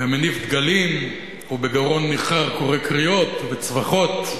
ומניף דגלים, ובגרון ניחר קורא קריאות בצווחות.